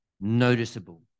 noticeable